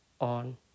on